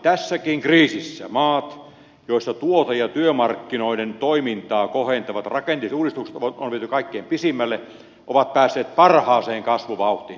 tässäkin kriisissä maat joissa tuote ja työmarkkinoiden toimintaa kohentavat rakenteelliset uudistukset on viety kaikkein pisimmälle ovat päässeet parhaaseen kasvuvauhtiin